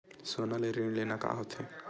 सोना ले ऋण लेना का होथे?